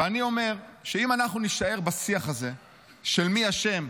ואני אומר שאם אנחנו נישאר בשיח הזה של מי אשם,